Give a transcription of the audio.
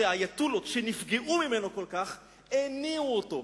שהאייטולות, שנפגעו ממנו כל כך הניעו אותה.